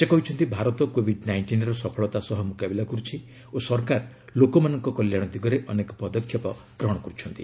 ସେ କହିଛନ୍ତି ଭାରତ କୋଭିଡ୍ ନାଇଷ୍ଟିନ୍ର ସଫଳତାର ସହ ମୁକାବିଲା କରୁଛି ଓ ସରକାର ଲୋକମାନଙ୍କ କଲ୍ୟାଣ ଦିଗରେ ଅନେକ ପଦକ୍ଷେପ ଗ୍ରହଣ କରୁଛନ୍ତି